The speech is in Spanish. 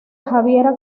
javiera